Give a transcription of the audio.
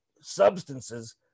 substances